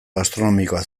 gastronomikoa